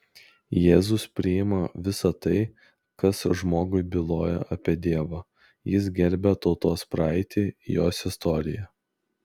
jėzus priima visa tai kas žmogui byloja apie dievą jis gerbia tautos praeitį jos istoriją